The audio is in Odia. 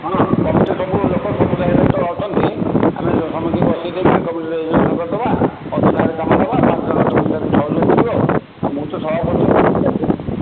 ହଁ ତୁମେ ତ ସବୁ ଲୋକ ସବୁ ଜାଗାରେ ତ ଅଛନ୍ତି ଆମେ ସମସ୍ତଙ୍କୁ ବସାଇ ଦେଇକି କମିଟି ରିଜୋଲ୍ୟୁସନ କରିଦେବା ମଧୁ ନାଁରେ କାମ ଦେବା ପାଞ୍ଚ ଜଣ ତୁମେ ତାକୁ ସହଯୋଗ କରିବ ଆଉ ମୁଁ ତ ସଭାପତି ଅଛି କିଛି ଅସୁବିଧା ନାହିଁ